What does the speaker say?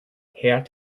hat